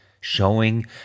Showing